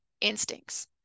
instincts